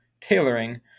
tailoring